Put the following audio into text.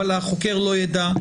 אבל החוק לא ידע,